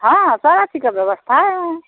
हाँ सारा चीज़ का व्यवस्था है वहाँ